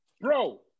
Bro